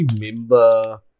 remember